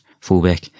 fullback